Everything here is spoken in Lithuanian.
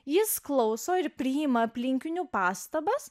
jis klauso ir priima aplinkinių pastabas